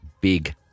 big